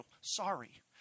sorry